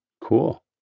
cool